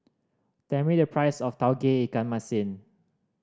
tell me the price of Tauge Ikan Masin